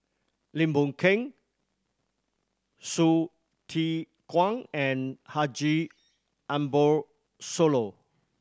Lim Boon Keng Hsu Tse Kwang and Haji Ambo Sooloh